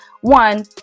one